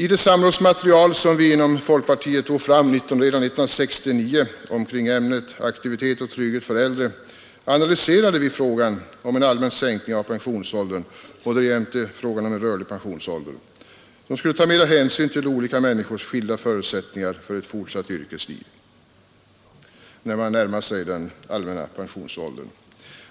I det samrådsmaterial som vi inom folkpartiet tog fram redan 1969 omkring ämnet ”Aktivitet och trygghet för äldre” aktualiserade vi frågan om en allmän sänkning av pensionsåldern och därjämte frågan om en rörlig pensionsålder som kunde ta mera hänsyn till olika människors skilda förutsättningar för ett fortsatt yrkesliv när man närmar sig den allmänna pensionsåldern.